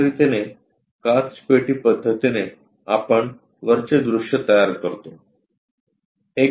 अश्या रितीने काचपेटी पद्धतीने आपण वरचे दृश्य तयार करतो